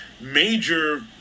major